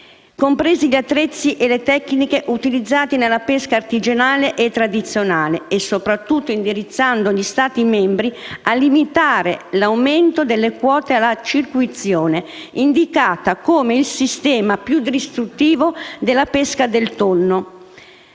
compresi gli attrezzi e le tecniche utilizzati nella pesca artigianale e tradizionale, e soprattutto indirizzando gli Stati membri a limitare l'aumento delle quote alla circuizione, indicata come il sistema più distruttivo della pesca del tonno.